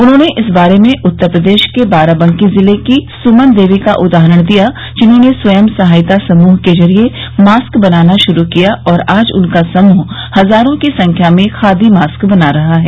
उन्होंने इस बारे में उत्तर प्रदेश के बाराबंकी जिले की सुमन देवी का उदाहरण दिया जिन्होंने स्वयं सहायता समूह के जरिये मास्क बनाना श्रू किया और आज उनका समूह हजारों की संख्या में खादी मास्क बना रहा है